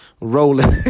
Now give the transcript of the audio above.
rolling